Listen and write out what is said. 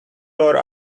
tore